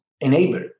enable